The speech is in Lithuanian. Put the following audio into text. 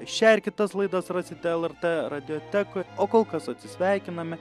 šią ir kitas laidas rasite lrt radiotekoj o kol kas atsisveikiname